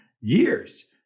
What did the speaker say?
years